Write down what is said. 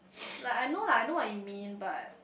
like I know lah I know what you mean but